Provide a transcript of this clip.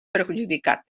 perjudicat